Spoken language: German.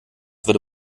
würde